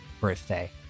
birthday